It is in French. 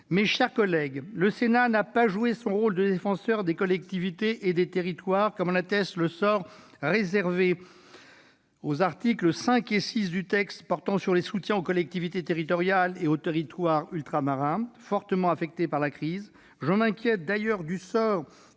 par la commission. Le Sénat n'a pas joué son rôle de défenseur des collectivités et des territoires, comme en atteste le sort réservé aux articles 5 et 6 du texte portant sur les soutiens aux collectivités territoriales et aux territoires ultramarins, fortement affectés par la crise sanitaire. Je m'inquiète d'ailleurs du sort